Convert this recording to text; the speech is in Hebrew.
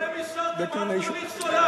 בעוד כשבועיים, לא אתם אישרתם, אל תוליך שולל.